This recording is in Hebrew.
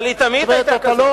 אבל היא תמיד היתה כזאת.